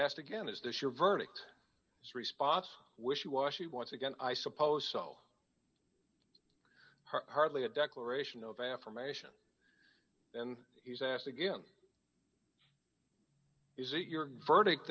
asked again is this your verdict as response wishy washy once again i suppose so hardly a declaration of affirmation then he's asked again is it your verdict